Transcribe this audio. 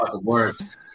Words